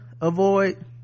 avoid